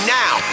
now